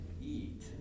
eat